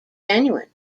genuine